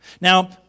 Now